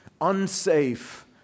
unsafe